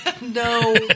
No